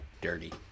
Dirty